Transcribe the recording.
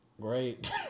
Great